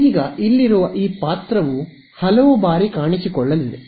ಈಗ ಇಲ್ಲಿರುವ ಈ ಪಾತ್ರವು ಹಲವು ಬಾರಿ ಕಾಣಿಸಿಕೊಳ್ಳಲಿದೆ